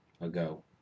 ago